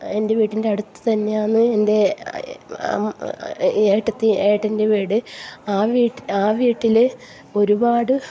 എൻ്റെ വീട്ടിൻ്റെ അടുത്തുതന്നെയാണ് എൻ്റെ അ ഏട്ടത്തി ഏട്ടൻ്റെ വീട് ആ വീട് ആ വീട്ടിൽ ഒരുപാട്